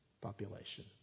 population